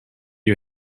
you